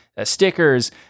stickers